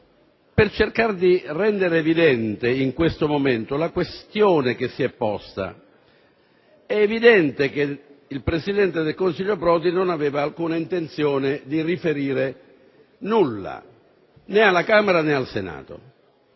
cercare di rendere chiara, in questo momento, la questione che si è posta: è evidente che il presidente del Consiglio Prodi non aveva intenzione di riferire nulla, né alla Camera dei deputati